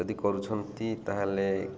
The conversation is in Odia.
ଯଦି କରୁଛନ୍ତି ତାହେଲେ